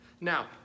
Now